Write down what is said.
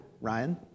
Ryan